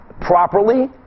properly